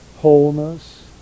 wholeness